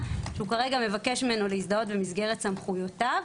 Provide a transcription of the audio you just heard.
שהוא כרגע מבקש ממנו להזדהות במסגרת סמכויותיו,